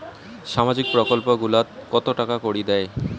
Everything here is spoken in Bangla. সামাজিক প্রকল্প গুলাট কত টাকা করি দেয়?